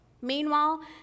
Meanwhile